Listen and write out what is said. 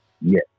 Yes